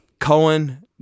Cohen